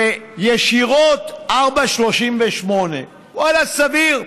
וישירות, 4.38. ואללה, סביר.